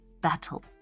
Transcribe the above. battle